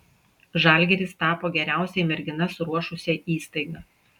žalgiris tapo geriausiai merginas ruošusia įstaiga